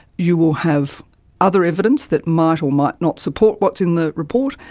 you will have other evidence that might or might not support what's in the report,